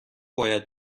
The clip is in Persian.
باید